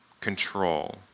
control